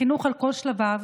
לחינוך על כל שלביו,